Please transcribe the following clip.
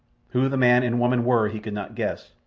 who the man and woman were he could not guess,